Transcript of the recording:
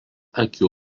akių